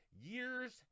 years